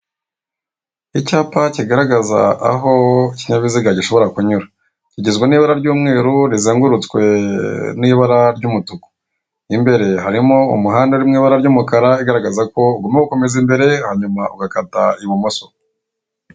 Icyapa kigaragaraza aho ikinyabiziga gishobora kunyura. Kigizwe n'ibara ry'umeru rizengurutswe n'ibara ry'umutuku. Imbere harimo umuhanda uri mu ibara ry'umukara igaragaza ko ugomba gukomeza imbere hanyuma ugakata ibumoso.